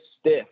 stiff